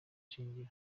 shingiro